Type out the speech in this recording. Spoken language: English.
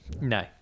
No